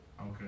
Okay